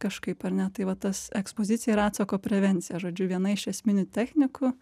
kažkaip ar ne tai va tas ekspozicija ir atsako prevencija žodžiu viena iš esminių technikų